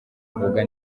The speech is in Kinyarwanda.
bavuga